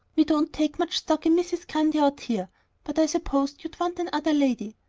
we don't take much stock in mrs. grundy out here but i supposed you'd want another lady.